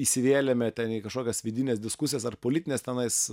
įsivėlėme ten į kažkokias vidines diskusijas ar politines tenais